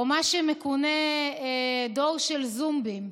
או מה שמכונה "דור של זוּמבים".